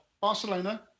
Barcelona